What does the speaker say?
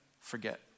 forget